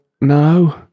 No